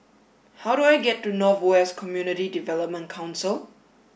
how do I get to North West Community Development Council